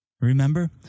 remember